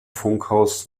funkhaus